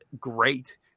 great